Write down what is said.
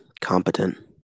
competent